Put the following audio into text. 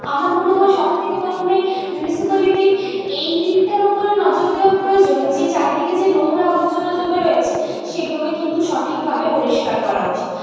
আমার মনে হয় সব থেকে প্রথমে মিউনিসিপালিটির এই দিকটার উপরে নজর দেওয়া প্রয়োজন যে চারিদিকে যে নোংরা আবর্জনা জমে রয়েছে সেগুলোকে কিন্তু সঠিকভাবে পরিষ্কার করা উচিত